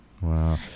Wow